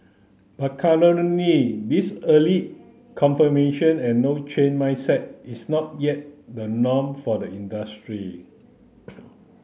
but currently this early confirmation and no change mindset is not yet the norm for the industry